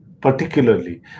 particularly